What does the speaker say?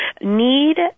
need